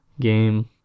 game